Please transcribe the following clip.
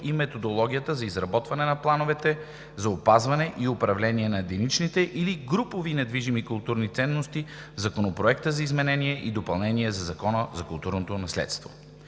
и методологията за изработване на плановете за опазване и управление на единичните или груповите недвижими културни ценности в Законопроекта за изменение и допълнение на Закона за културното наследство.